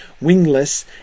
wingless